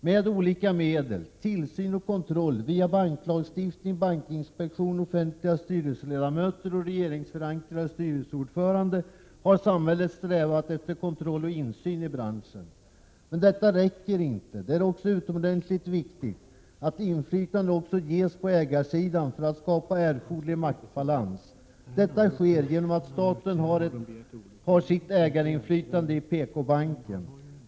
Med olika medel, tillsyn och kontroll, via banklagstiftningen, bankinspektion, offentliga styrelseledamöter och regeringsförankrade styrelseordförande har samhället strävat efter kontroll och insyn i branschen. Men detta räcker inte. Det är också utomordentligt viktigt att inflytande också ges på ägarsidan för att skapa erforderlig maktbalans. Detta sker genom att staten har sitt ägarinflytande i PKbanken.